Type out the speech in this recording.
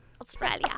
Australia